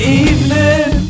evening